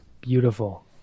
Beautiful